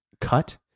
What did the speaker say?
cut